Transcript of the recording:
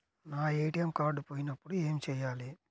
నా ATM card పోయినప్పుడు ఏమి చేయాలి?